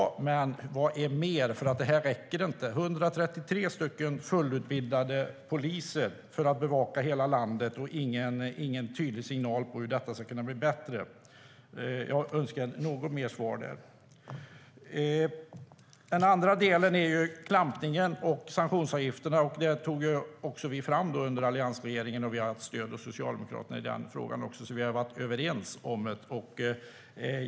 Men vad finns mer? Detta räcker inte. Det finns 133 färdigutbildade poliser för att bevaka hela landet, och det finns ingen tydlig signal om hur detta ska kunna bli bättre. Jag önskar något mer svar där. Den andra delen är klampningen och sanktionsavgifterna. Det tog vi fram under alliansregeringen, och vi har haft stöd av Socialdemokraterna i den frågan och varit överens om det.